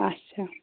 اَچھا